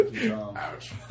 Ouch